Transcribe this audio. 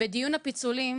בדיון הפיצולים